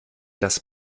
das